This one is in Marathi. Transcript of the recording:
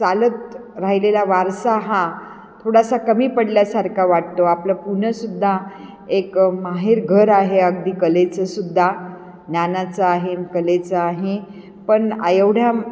चालत राहिलेला वारसा हा थोडासा कमी पडल्यासारखा वाटतो आपलं पुणंसुद्धा एक माहेरघर आहे अगदी कलेचंसुद्धा ज्ञानाचं आहे कलेचं आहे पण एवढ्या